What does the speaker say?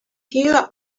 here